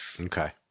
Okay